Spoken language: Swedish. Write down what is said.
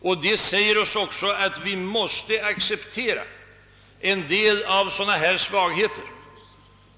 Och detta innebär::också att vi måste acceptera vissa svagheter av det här slaget.